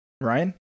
Ryan